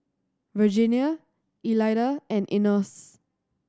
Virginia Elida and Enos